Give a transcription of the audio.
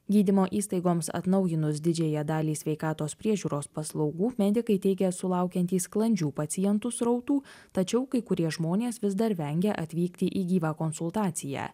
gydymo įstaigoms atnaujinus didžiąją dalį sveikatos priežiūros paslaugų medikai teigia sulaukiantys sklandžių pacientų srautų tačiau kai kurie žmonės vis dar vengia atvykti į gyvą konsultaciją